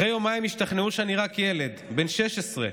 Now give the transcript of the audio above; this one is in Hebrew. אחרי יומיים השתכנעו שאני רק ילד בן 16,